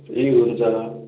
ए हुन्छ